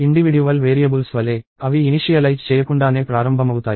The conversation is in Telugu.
ఇండివిడ్యువల్ వేరియబుల్స్ వలె అవి ఇనిషియలైజ్ చేయకుండానే ప్రారంభమవుతాయి